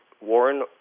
Warren